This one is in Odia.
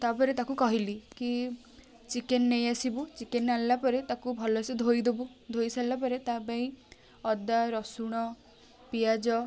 ତା'ପରେ ତାକୁ କହିଲି କି ଚିକେନ୍ ନେଇଆସିବୁ ଚିକେନ୍ ଆଣିଲା ପରେ ତାକୁ ଭଲସେ ଧୋଇ ଦେବୁ ଧୋଇ ସାରିଲା ପରେ ତା ପାଇଁ ଅଦା ରସୁଣ ପିଆଜ